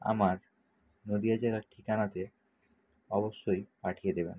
আমার নদীয়া জেলার ঠিকানাতে অবশ্যই পাঠিয়ে দেবেন